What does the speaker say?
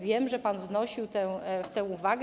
Wiem, że pan wnosił tę uwagę.